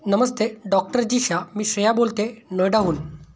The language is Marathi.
नमस्ते डॉक्टर जीशा मी श्रेया बोलते नोयडाहून